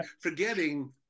forgetting